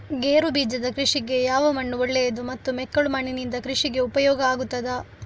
ಗೇರುಬೀಜದ ಕೃಷಿಗೆ ಯಾವ ಮಣ್ಣು ಒಳ್ಳೆಯದು ಮತ್ತು ಮೆಕ್ಕಲು ಮಣ್ಣಿನಿಂದ ಕೃಷಿಗೆ ಉಪಯೋಗ ಆಗುತ್ತದಾ?